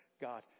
God